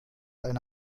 eine